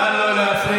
נא לא להפריע.